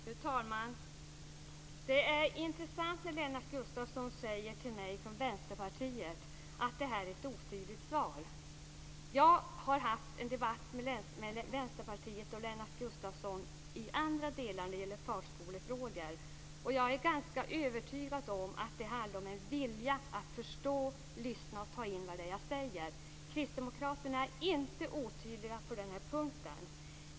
Fru talman! Det är intressant att Lennart Gustavsson från Vänsterpartiet säger till mig att det här är ett otydligt svar. Jag har haft en debatt med Vänsterpartiet och Lennart Gustavsson i andra delar när det gäller förskolefrågor, och jag är ganska övertygad om att det handlar om en vilja att förstå, lyssna och ta in vad jag säger. Kristdemokraterna är inte otydliga på den här punkten.